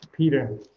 Peter